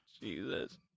Jesus